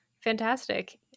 Fantastic